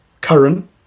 current